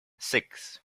six